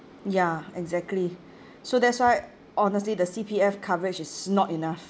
ya exactly so that's why honestly the C_P_F coverage is not enough